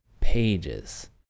pages